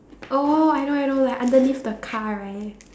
oh I know I know like underneath the car right